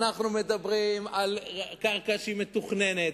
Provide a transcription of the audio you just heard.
אנחנו מדברים על קרקע מתוכננת.